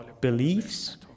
beliefs